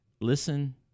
listen